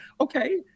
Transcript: Okay